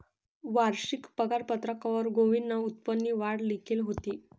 वारशिक पगारपत्रकवर गोविंदनं उत्पन्ननी वाढ लिखेल व्हती